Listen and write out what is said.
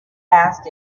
asked